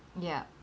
yup